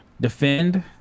defend